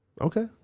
Okay